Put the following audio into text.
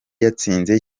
yatsinze